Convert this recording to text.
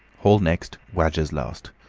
hall next, wadgers last.